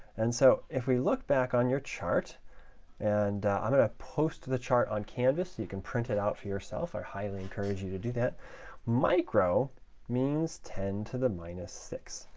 and so if we look back on your chart and i'm going to post the chart on canvas so you can print it out for yourself. i highly encourage you to do that micro means ten to the minus six.